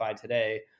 today